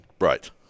Right